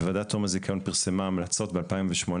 ועדת תום הזיכיון פרסמה המלצות ב- 2018,